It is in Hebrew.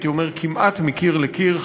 הייתי אומר כמעט מקיר לקיר,